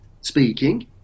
speaking